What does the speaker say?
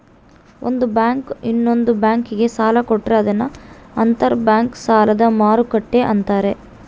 ಒಂದು ಬ್ಯಾಂಕು ಇನ್ನೊಂದ್ ಬ್ಯಾಂಕಿಗೆ ಸಾಲ ಕೊಟ್ರೆ ಅದನ್ನ ಅಂತರ್ ಬ್ಯಾಂಕ್ ಸಾಲದ ಮರುಕ್ಕಟ್ಟೆ ಅಂತಾರೆ